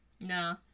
No